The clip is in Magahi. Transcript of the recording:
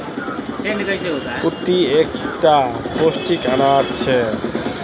कुट्टू एक टा पौष्टिक अनाज छे